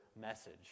message